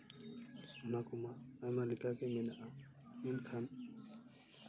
ᱚᱱᱟ ᱠᱚᱢᱟ ᱟᱭᱢᱟ ᱞᱮᱠᱟᱜᱮ ᱢᱮᱱᱟᱜᱼᱟ ᱢᱮᱱᱠᱷᱟᱱ